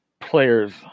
player's